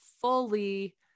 fully